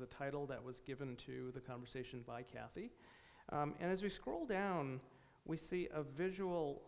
the title that was given to the conversation by kathy as we scroll down we see a visual